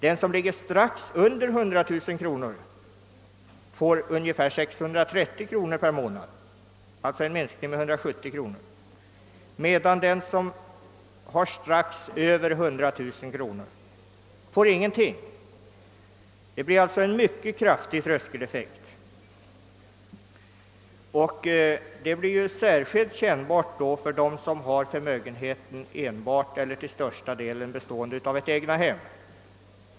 Den som ligger strax under 100 000 kronor får ungefär 630 kronor per månad, alltså en minskning med 170 kronor, medan den som har något över 100 000 kronor inte får någonting. Det blir alltså en mycket kraftig tröskeleffekt, som är särskilt kännbar för dem som har förmögenhet enbart eller till största delen i form av ett eget hem.